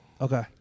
Okay